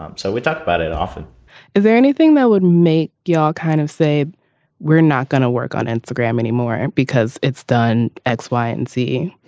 um so we talked about it often is there anything that would make your kind of say we're not going to work on instagram anymore and because it's done x y and c